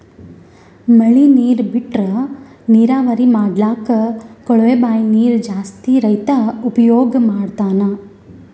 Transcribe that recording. ಮಳಿ ನೀರ್ ಬಿಟ್ರಾ ನೀರಾವರಿ ಮಾಡ್ಲಕ್ಕ್ ಕೊಳವೆ ಬಾಂಯ್ ನೀರ್ ಜಾಸ್ತಿ ರೈತಾ ಉಪಯೋಗ್ ಮಾಡ್ತಾನಾ